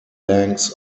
banks